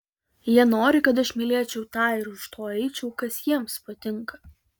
jie nori kad aš mylėčiau tą ir už to eičiau kas jiems patinka